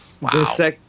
Wow